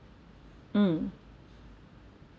mm